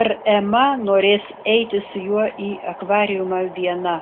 ar ema norės eiti su juo į akvariumą viena